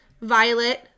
violet